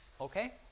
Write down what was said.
Okay